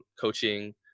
coaching